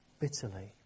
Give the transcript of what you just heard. bitterly